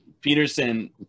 peterson